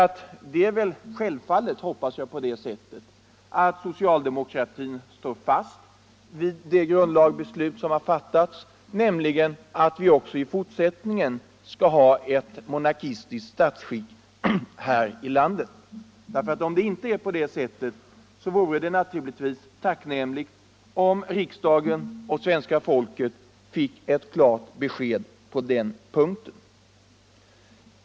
Ty det är väl så — hoppas jag — att socialdemokratin står fast vid det grundlagsbeslut som har fattats, nämligen att vi också i fortsättningen skall ha ett monarkiskt statsskick här i landet. Om det inte är på det sättet, vore det tacknämligt om riksdagen och svenska folket fick ett klart besked — Nr 7 på den punkten.